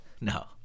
No